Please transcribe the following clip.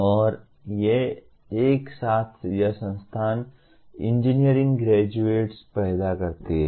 और ये एक साथ यह संस्थान इंजीनियरिंग ग्रेजुएट्स पैदा करता है